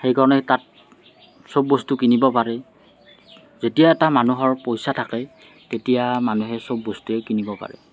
সেইকাৰণে তাত সব বস্তু কিনিব পাৰে যেতিয়া এটা মানুহৰ পইচা থাকে তেতিয়া মানুহে সব বস্তুৱেই কিনিব পাৰে